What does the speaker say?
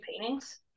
paintings